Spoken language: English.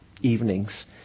evenings